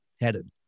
headed